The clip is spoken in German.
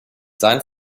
sein